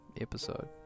episode